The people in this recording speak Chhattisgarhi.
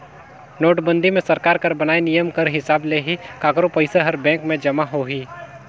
नोटबंदी मे सरकार कर बनाय नियम कर हिसाब ले ही काकरो पइसा हर बेंक में जमा होही